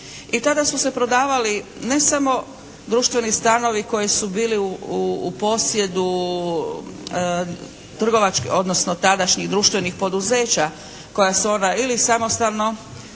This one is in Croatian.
i tada su se prodavali ne samo društveni stanovi koji su bili u posjedu trgovački, odnosno tadašnjih društvenih poduzeća koja su onda ili samostalno